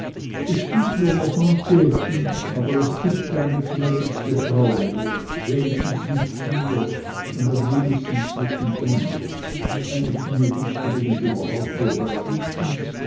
es gibt nur noch enqueten aber es gibt keine gnädigste frauen mehr wenigstens nicht hier und am wenigsten zwischen uns eine gnädigste bin ich überhaupt nur bei